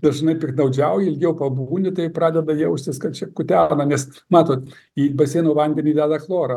dažnai piktnaudžiauji ilgiau pabūni tai pradeda jaustis kad čia kutena nes matot į baseinų vandenį deda chlorą